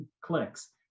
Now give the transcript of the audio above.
clicks